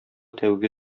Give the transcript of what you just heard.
тәүге